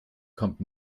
kommt